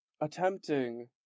attempting